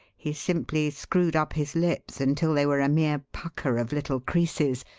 he simply screwed up his lips until they were a mere pucker of little creases,